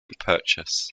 purchase